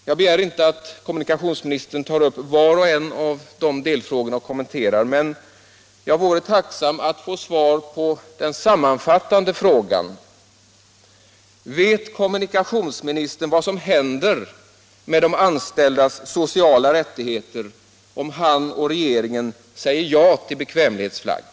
Jag begär inte 17 februari 1977 att kommunikationsministern tar upp alla delfrågorna och kommenterar « dem, men jag är tacksam om jag får svar på den sammanfattande frågan: — Om åtgärder för att Vet kommunikationsministern vad som händer med de anställdas sociala — hindra att svenska rättigheter, om han och regeringen säger ja till bekvämlighetsflagg?